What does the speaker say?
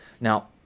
Now